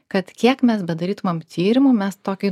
kad kiek mes bedarytumėm tyrimų mes tokį